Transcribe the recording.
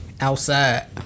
Outside